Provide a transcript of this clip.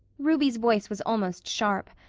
ruby's voice was almost sharp.